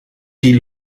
pis